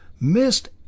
missed